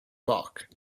park